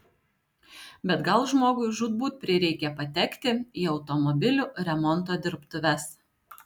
bet gal žmogui žūtbūt prireikė patekti į automobilių remonto dirbtuves